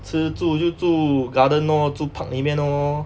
吃住就住 garden lor 住 park 里面 lor